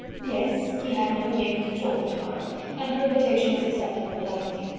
yes, he had no engagement at all for to-morrow and her invitation was accepted with alacrity.